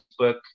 facebook